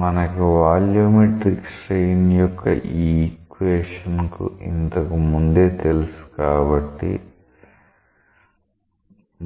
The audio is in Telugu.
మనకి వాల్యూమెట్రిక్ స్ట్రెయిన్ యొక్క ఈక్వేషన్ ఇంతకు ముందే తెలుసు కాబట్టి